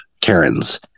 Karens